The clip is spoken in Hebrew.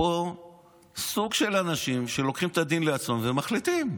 פה סוג של אנשים שלוקחים את הדין לעצמם ומחליטים.